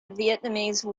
vietnamese